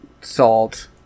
Salt